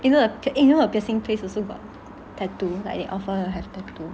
eh you know the piercing place also got tattoo like they offer to have tattoo